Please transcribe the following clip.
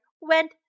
went